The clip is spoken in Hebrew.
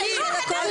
--- אני מוציאה אותו.